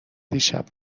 دیشب